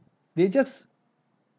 they just